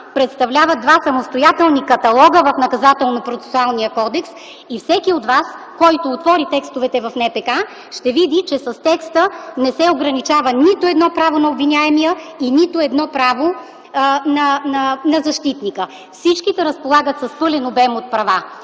представляват два самостоятелни каталога в Наказателно-процесуалния кодекс и всеки от вас, който отвори текстовете в НПК, ще види, че с текста не се ограничава нито едно право на обвиняемия и нито едно право на защитника. Всички те разполагат с пълен обем права.